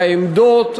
העמדות,